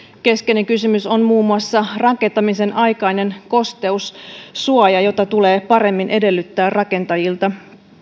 keskeinen kysymys on muun muassa rakentamisen aikainen kosteussuoja jota tulee paremmin edellyttää rakentajilta